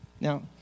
Now